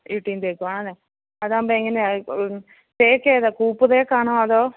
ഈട്ടീം തേക്കുമാണല്ലേ അതാവുമ്പം എങ്ങനെയാണ് തേക്കേതാണ് കൂപ്പ് തേക്കാണോ അതോ